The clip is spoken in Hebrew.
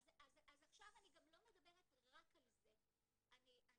אז עכשיו אני לא מדברת רק על זה, אני